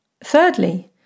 Thirdly